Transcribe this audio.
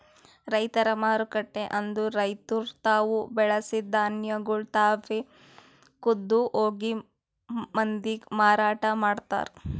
ರೈತರ ಮಾರುಕಟ್ಟೆ ಅಂದುರ್ ರೈತುರ್ ತಾವು ಬೆಳಸಿದ್ ಧಾನ್ಯಗೊಳ್ ತಾವೆ ಖುದ್ದ್ ಹೋಗಿ ಮಂದಿಗ್ ಮಾರಾಟ ಮಾಡ್ತಾರ್